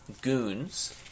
Goons